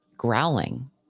growling